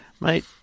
Mate